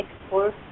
export